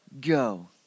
go